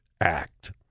Act